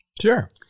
Sure